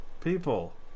People